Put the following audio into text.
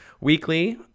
weekly